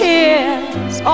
Tears